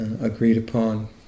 agreed-upon